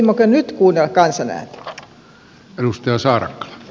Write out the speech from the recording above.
voisimmeko nyt kuunnella kansan ääntä